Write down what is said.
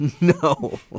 No